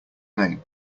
name